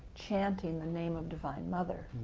chanting the name of divine mother,